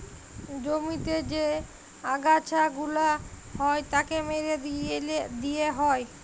জমিতে যে আগাছা গুলা হ্যয় তাকে মেরে দিয়ে হ্য়য়